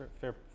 Fair